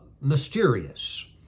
mysterious